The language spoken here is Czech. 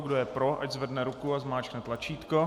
Kdo je pro, ať zvedne ruku a zmáčkne tlačítko.